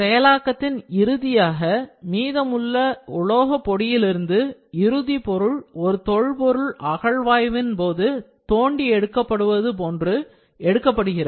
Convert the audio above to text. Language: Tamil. செயலாக்கத்தின் இறுதியாக மீதமுள்ள உலோக பொடியிலிருந்து இறுதி பொருள் ஒரு தொல்பொருள் அகழ்வாய்வின் போது தோண்டி எடுப்பது போன்று எடுக்கப்படுகின்றது